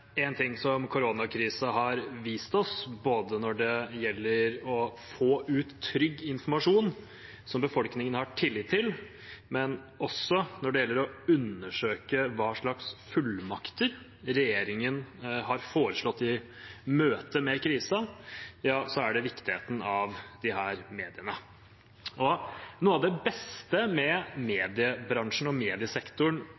én ting koronakrisen har vist oss, ikke bare når det gjelder å få ut trygg informasjon som befolkningen har tillit til, men også når det gjelder å undersøke hva slags fullmakter regjeringen har foreslått i møte med krisen, er det viktigheten av disse mediene. Noe av det beste med